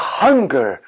hunger